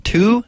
Two